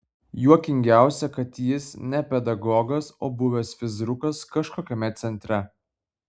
juokingiausia kad jis ne pedagogas o buvęs fizrukas kažkokiame centre